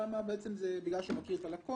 הבנק יתבע אותו?